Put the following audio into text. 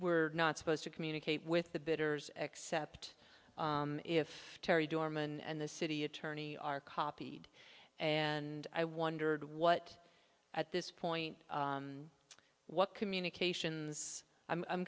we're not supposed to communicate with the bidders xcept if terry doormen and the city attorney are copied and i wondered what at this point what communications i'm